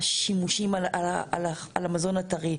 השימושים על המזון הטרי,